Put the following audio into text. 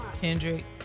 Kendrick